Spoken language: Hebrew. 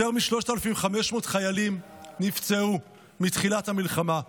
יותר מ-3,500 חיילים נפצעו מתחילת המלחמה.